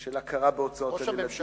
של הכרה בהוצאות על ילדים,